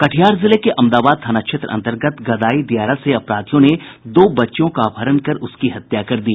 कटिहार जिले के अमदाबाद थाना क्षेत्र अंतर्गत गदाई दियारा से अपराधियों ने दो बच्चियों का अपहरण कर उसकी हत्या कर दी